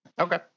Okay